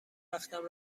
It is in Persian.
وقتم